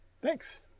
Thanks